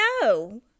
No